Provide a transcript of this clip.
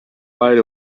right